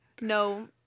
No